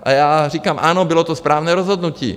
A já říkám: Ano, bylo to správné rozhodnutí.